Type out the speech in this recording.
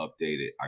updated